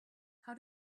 how